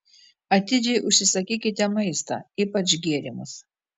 atidžiai užsisakykite maistą ypač gėrimus